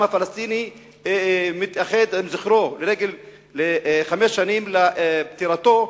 הפלסטיני מתייחד עם זכרו לרגל חמש שנים לפטירתו,